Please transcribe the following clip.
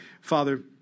Father